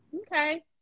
Okay